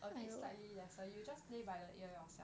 and it's slightly lesser you just play by ear you also